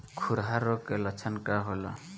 खुरहा रोग के लक्षण का होला?